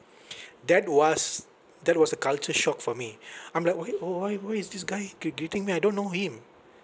that was that was a culture shock for me I'm like why orh why why is this guy gree~ greeting me I don't know him